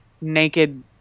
naked